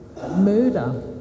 murder